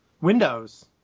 Windows